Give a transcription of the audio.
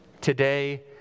Today